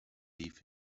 leave